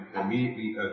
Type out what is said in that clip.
immediately